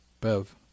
Bev